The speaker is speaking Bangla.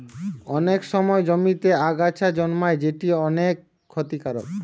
অনেক সময় জমিতে আগাছা জন্মায় যেটি অনেক ক্ষতিকারক